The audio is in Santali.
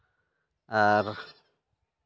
ᱟᱨ